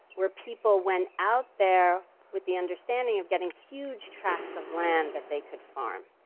where people went out there with the understanding of getting huge tracts of land that they could farm.